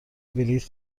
بلیط